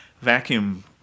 vacuum